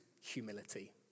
humility